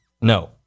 No